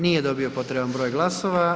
Nije dobio potreban broj glasova.